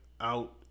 out